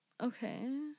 Okay